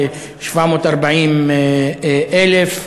ל-740,000,